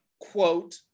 quote